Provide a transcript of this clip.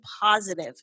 positive